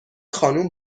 خانم